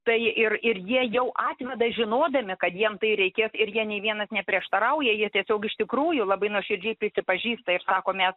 tai ir ir jie jau atveda žinodami kad jiem tai reikės ir jie nė vienas neprieštarauja jie tiesiog iš tikrųjų labai nuoširdžiai prisipažįsta ir sako mes